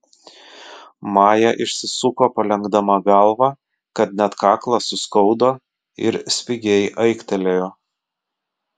maja išsisuko palenkdama galvą kad net kaklą suskaudo ir spigiai aiktelėjo